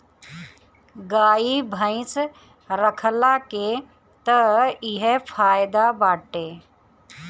गाई भइस रखला के तअ इहे फायदा बाटे